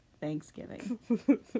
thanksgiving